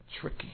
tricky